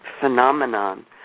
phenomenon